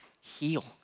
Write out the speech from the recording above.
heal